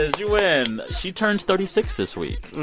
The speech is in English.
you win. she turns thirty six this week,